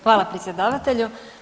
Hvala predsjedatelju.